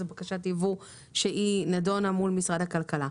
זאת בקשה יבוא שהיא נדונה מול משרד הכלכלה.